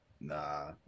Nah